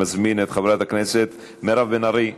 אני מזמין את חברת הכנסת מירב בן ארי.